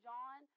John